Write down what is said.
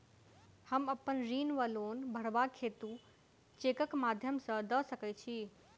हम अप्पन ऋण वा लोन भरबाक हेतु चेकक माध्यम सँ दऽ सकै छी?